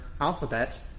alphabet